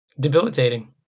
debilitating